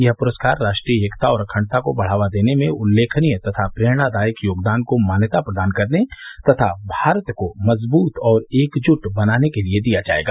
यह पुरस्कार राष्ट्रीय एकता और अखंडता को बढ़ावा देने में उल्लेखनीय तथा प्रेरणादायक योगदान को मान्यता प्रदान करने तथा भारत को मजबूत और एकजुट बनाने के लिए दिया जायेगा